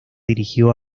dirigió